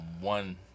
one